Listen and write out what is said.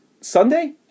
Sunday